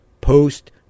post